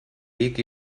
dic